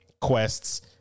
quests